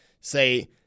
say